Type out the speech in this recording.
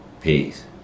Peace